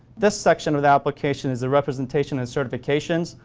this section of the application is a representation and certifications.